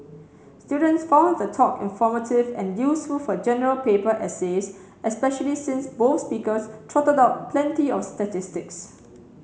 students found the talk informative and useful for General Paper essays especially since both speakers trotted out plenty of statistics